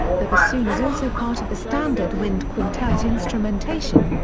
the bassoon is also part of the standard wind quintet instrumentation,